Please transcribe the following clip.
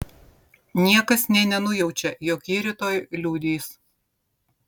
niekas nė nenujaučia jog ji rytoj liudys